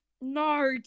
no